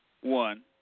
one